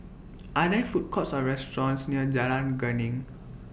Are There Food Courts Or restaurants near Jalan Geneng